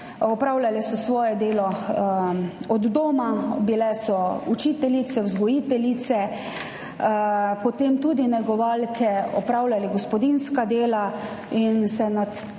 opravljale so svoje delo od doma, bile so učiteljice, vzgojiteljice, potem tudi negovalke, opravljale so gospodinjska dela. Na